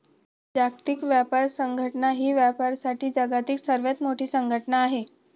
जागतिक व्यापार संघटना ही व्यापारासाठी जगातील सर्वात मोठी संघटना आहे